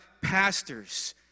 pastors